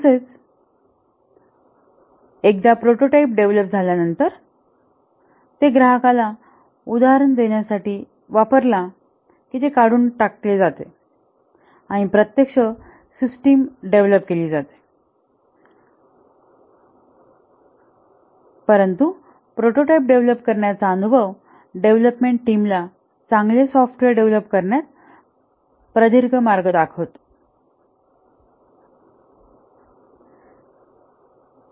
तसेच एकदा prototype develop झाल्यावर ते ग्राहकाला उदाहरण देण्यासाठी वापरला की ते टाकून दिले जाते आणि प्रत्यक्ष सिस्टिम डेव्हलप केली जाते परंतु प्रोटोटाइप डेव्हलप करण्याचा अनुभव डेव्हलपमेंट टीमला चांगला सॉफ्टवेयर डेव्हलप करण्यात प्रदीर्घ मार्ग दाखवतो